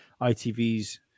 ITV's